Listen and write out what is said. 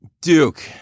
Duke